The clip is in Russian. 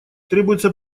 требуется